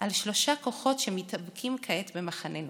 על "שלושה כוחות" ש"מתאבקים כעת במחננו: